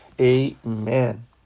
Amen